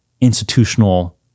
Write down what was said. institutional